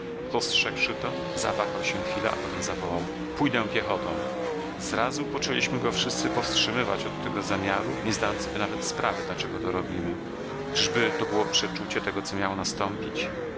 spostrzegłszy to zawahał się chwilę a potem zawołał pójdę piechotą zrazu poczęliśmy go wszyscy powstrzymywać od tego zamiaru nie zdając sobie nawet sprawy dlaczego to robimy czyżby to było przeczucie tego co miało nastąpić